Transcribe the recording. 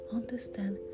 understand